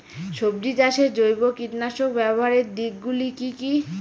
সবজি চাষে জৈব কীটনাশক ব্যাবহারের দিক গুলি কি কী?